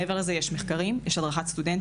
מעבר לזה יש מחקרים, יש הדרכת סטודנטים.